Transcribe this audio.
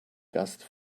gast